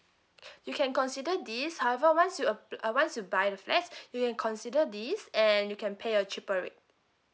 you can consider this however once you app~ uh once you buy the flat you can consider this and you can pay a cheaper rate